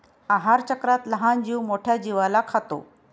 आहारचक्रात लहान जीव मोठ्या जीवाला खातो